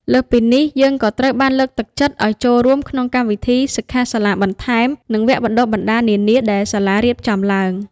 លើសពីនេះ យើងក៏ត្រូវបានលើកទឹកចិត្តឲ្យចូលរួមក្នុងកម្មវិធីសិក្ខាសាលាបន្ថែម និងវគ្គបណ្តុះបណ្តាលនានាដែលសាលារៀបចំឡើង។